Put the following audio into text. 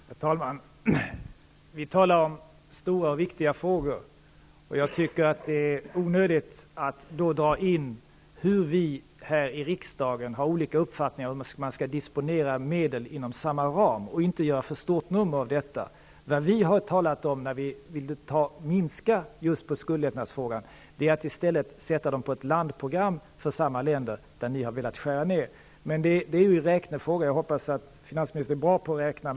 Herr talman! Vi talar om stora och viktiga frågor, och jag tycker att det är onödigt att då dra in och göra ett stort nummer av att vi här i riksdagen har olika uppfattningar om hur man skall disponera medel inom samma ram. Vad vi har talat om, när vi vill minska just när det gäller skuldlättnadsfrågan, är att i stället sätta medlen på ett landprogram för samma länder, där ni har velat skära ner. Det är ju en räknefråga -- och jag hoppas att finansministern är bra på att räkna.